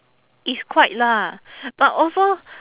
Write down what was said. it's quite lah but also